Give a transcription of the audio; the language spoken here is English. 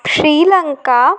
Sri Lanka